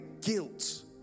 guilt